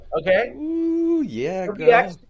Okay